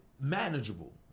manageable